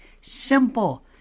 simple